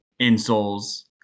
Insoles